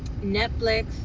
Netflix